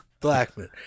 Blackman